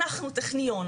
אנחנו טכניון,